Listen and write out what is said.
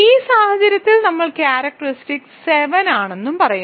ഈ സാഹചര്യത്തിൽ നമ്മൾ ക്യാരക്റ്ററിസ്റ്റിക് 7 ആണെന്നും പറയുന്നു